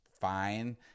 fine